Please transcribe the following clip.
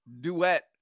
duet